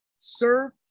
Serve